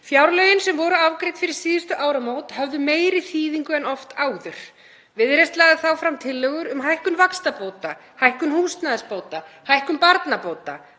Fjárlögin sem voru afgreidd fyrir síðustu áramót höfðu meiri þýðingu en oft áður. Viðreisn lagði þá fram tillögur um hækkun vaxtabóta, hækkun húsnæðisbóta, hækkun barnabóta.